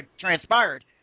transpired